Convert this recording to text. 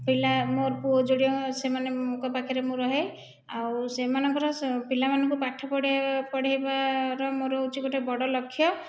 ପିଲା ମୋର ପୁଅ ଯୋଡ଼ିଏ ସେମାନଙ୍କ ପାଖରେ ମୁଁ ରହେ ଆଉ ସେମାନଙ୍କର ପିଲାମାନଙ୍କୁ ପାଠ ପଢ଼ାଇବା ପଢ଼ାଇବାର ମୋର ହେଉଛି ଗୋଟିଏ ବଡ଼ ଲକ୍ଷ୍ୟ